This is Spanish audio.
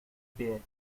pie